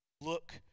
Look